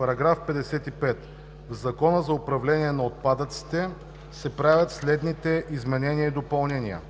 „§ 55. В Закона за управление на отпадъците се правят следните изменения и допълнения: